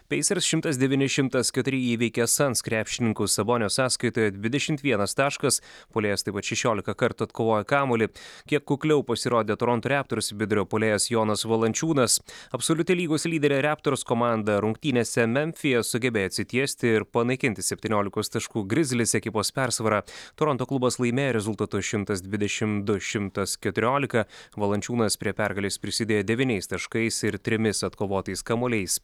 peisers šimtas devyni šimtas keturi įveikė sans krepšininkus sabonio sąskaitoje dvidešimt vienas taškas puolėjas taip pat šešiolika kartų atkovojo kamuolį kiek kukliau pasirodė toronto reptors vidurio puolėjas jonas valančiūnas absoliuti lygos lyderė reptors komanda rungtynėse memfyje sugebėjo atsitiesti ir panaikinti septyniolikos taškų grizlis ekipos persvarą toronto klubas laimėjo rezultatu šimtas dvidešimt du šimtas keturiolika valančiūnas prie pergalės prisidėjo devyniais taškais ir trimis atkovotais kamuoliais